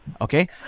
Okay